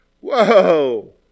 Whoa